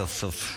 סוף-סוף.